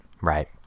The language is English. right